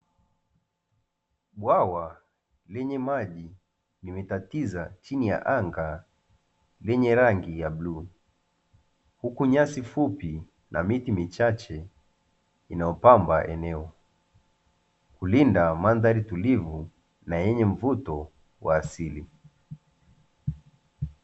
Bwawa lenye maji limekatiza chini ya anga lenye rangi ya bluu, huku nyasi fupi na miti michache inayopamba eneo hulinda mandhari tulivu na yenye mvuto kwa asili.